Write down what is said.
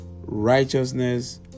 Righteousness